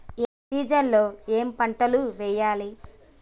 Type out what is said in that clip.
ఏ season లో ఏం పంటలు వెయ్యాలి?